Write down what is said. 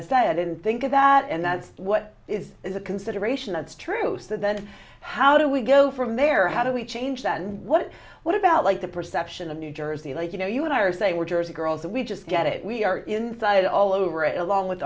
to say i didn't think of that and that's what is is a consideration that's true so then how do we go from there how do we change then what what about like the perception of new jersey like you know you and i if they were jersey girls that we just get it we are in it all over it along with